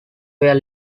were